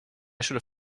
should